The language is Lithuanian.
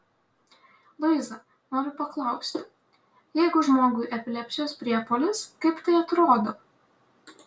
luiza noriu paklausti jeigu žmogui epilepsijos priepuolis kaip tai atrodo